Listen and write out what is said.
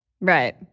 Right